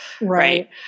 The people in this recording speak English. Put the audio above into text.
Right